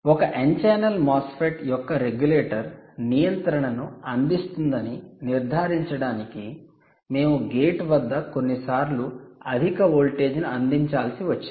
ఒక n channel MOSFET యొక్క regulator నియంత్రణను అందిస్తుందని నిర్ధారించడానికి మేము గేట్ వద్ద కొన్నిసార్లు అధిక వోల్టేజ్ను అందించాల్సి వచ్చింది